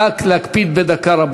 רבותי, רק להקפיד: בדקה.